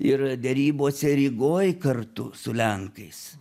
ir derybose rygoj kartu su lenkais